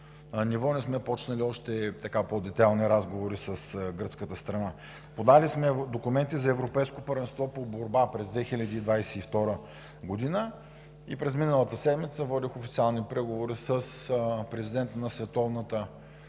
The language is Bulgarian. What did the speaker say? ниво, не сме започнали още детайлни разговори с гръцката страна. Подали сме документи за Европейско първенство по борба през 2022 г. и през миналата седмица водих официални преговори с президента на Световната федерация